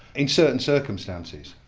in certain circumstances.